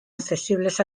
accesibles